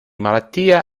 malattia